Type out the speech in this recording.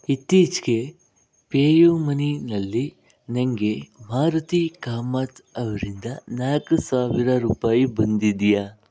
ಇತ್ತೀಚೆಗೆ ಪೇ ಯು ಮನಿಯಲ್ಲಿ ನನಗೆ ಮಾರುತಿ ಕಾಮತ್ ಅವರಿಂದ ನಾಲ್ಕು ಸಾವಿರ ರೂಪಾಯಿ ಬಂದಿದೆಯಾ